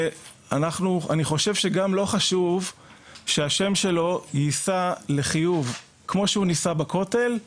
אני חושב שגם לו חשוב שהשם שלו יישא לחיוב כמו שהוא נישא בכותל,